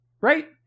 right